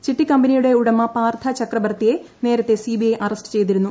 ചിട്ടിക്കമ്പനിയുടെ ഉടമ പാർഥ ചക്രബർത്തിയെ നേരത്തെ സിബിഐ അറസ്റ്റ് ചെയ്തിരുന്നു